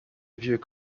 vieux